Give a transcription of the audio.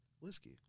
whiskey